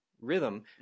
rhythm